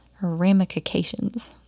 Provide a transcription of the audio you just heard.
Ramifications